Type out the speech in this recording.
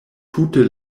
tute